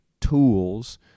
tools